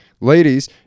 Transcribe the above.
Ladies